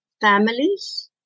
families